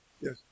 yes